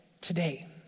today